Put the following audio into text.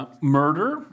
Murder